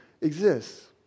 exists